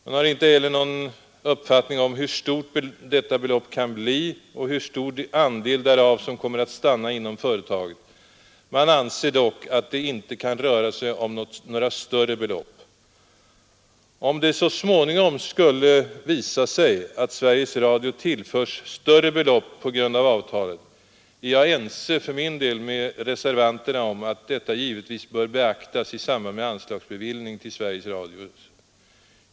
Man har inte heller någon uppfattning om hur stort detta belopp kan bli och hur står andel därav som kommer att stanna inom företaget. Man anser dock att det inte kan röra sig om några större belopp. Om det så småningom skulle visa sig att Sveriges Radio tillförs större belopp på grund av avtalet är jag för min del ense med reservanterna om att detta givetvis bör beaktas i samband med anslagsbevillning till Sveriges Radio.